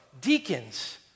deacons